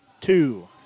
two